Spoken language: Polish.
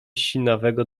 sinawego